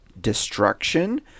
destruction